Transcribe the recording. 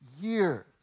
years